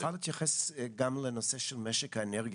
תוכל להתייחס גם לנושא של משק האנרגיה?